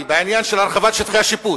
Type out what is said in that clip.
בעניין של הרחבת שטחי השיפוט,